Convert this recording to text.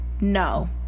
No